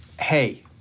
hey